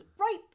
right